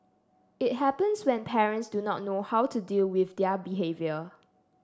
it happens when parents do not know how to deal with their behaviour